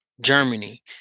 Germany